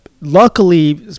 luckily